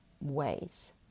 ways